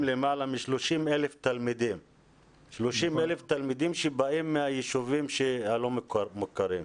למעלה מ-30,000 תלמידים שבאים מהיישובים הלא מוכרים.